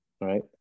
right